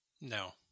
No